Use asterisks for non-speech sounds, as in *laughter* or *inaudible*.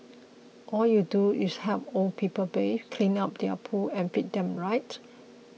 all you do is help old people bathe *noise* clean up their poo and feed them right